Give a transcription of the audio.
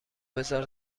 بزار